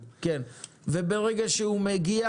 ברגע שהוא מגיע,